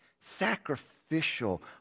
sacrificial